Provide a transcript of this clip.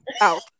Out